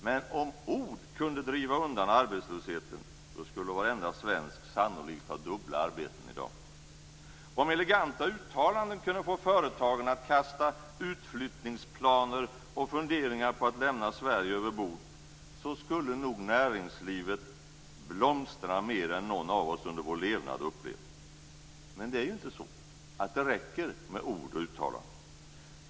Men om ord kunde driva undan arbetslösheten, skulle sannolikt varenda svensk ha dubbla arbeten i dag. Om eleganta uttalanden kunde få företagen att kasta utflyttningsplaner och funderingar på att lämna Sverige över bord, skulle nog näringslivet blomstra mer än någon av oss under vår levnad har upplevt. Men det räcker inte med ord och uttalanden!